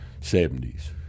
70s